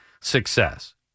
success